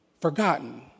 forgotten